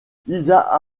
isaac